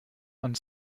and